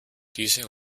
diese